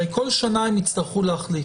הרי כל שנה הם יצטרכו להחליט,